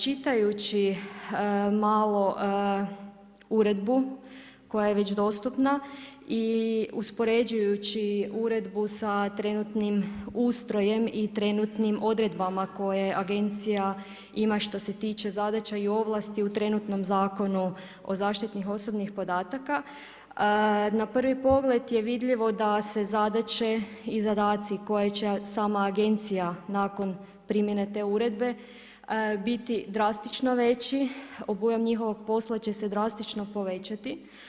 Čitajući malo uredbu koja je već dostupna i uspoređujući uredbu sa trenutnim ustrojem i trenutnim odredbama koje Agencija ima što se tiče zadaća i ovlasti u trenutnom Zakonu o zaštiti osobnih podataka na prvi pogled je vidljivo da se zadaće i zadaci koje će sama Agencija nakon primjene te uredbe biti drastično veći, obujam njihovog posla će se drastično povećati.